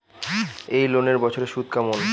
এই লোনের বছরে সুদ কেমন?